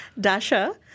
Dasha